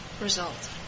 result